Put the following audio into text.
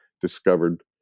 discovered